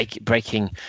breaking